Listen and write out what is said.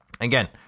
Again